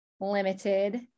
limited